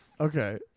okay